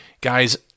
guys